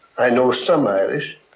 i know some irish,